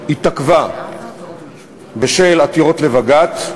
התעכבה בשל עתירות לבג"ץ,